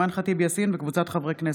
אימאן ח'טיב יאסין וקבוצת חברי הכנסת.